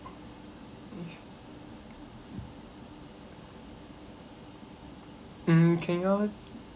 mm can you all